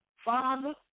Father